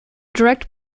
direct